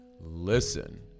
listen